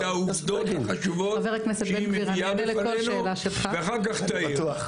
העובדות החשובות שהיא מביאה בפנינו ואחר כך תעיר,